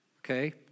Okay